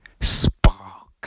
Spark